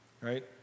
Right